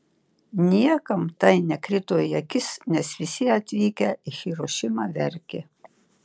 niekam tai nekrito į akis nes visi atvykę į hirošimą verkė